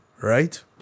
right